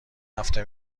هفته